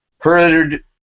heard